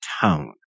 tone